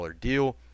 deal